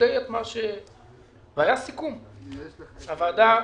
היה סיכום לפיו הוועדה